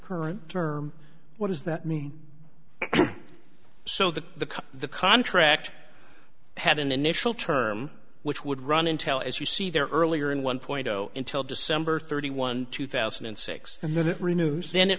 current term what does that mean so the the contract had an initial term which would run intel as you see there earlier and one point zero until december thirty one two thousand and six and then it renews then it